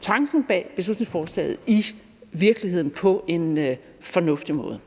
tanken bag beslutningsforslaget, i virkeligheden på en fornuftig måde.